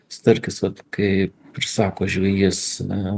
starkis vat kai kaip sako žvejys